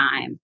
time